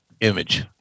image